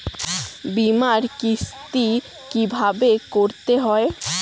বিমার কিস্তি কিভাবে করতে হয়?